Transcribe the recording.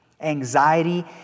Anxiety